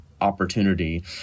opportunity